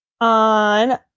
on